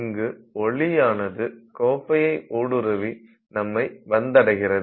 இங்கு ஒளியானது கோப்பையை ஊடுருவி நம்மை வந்தடைகிறது